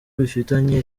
bifitanye